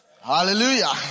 Hallelujah